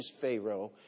Pharaoh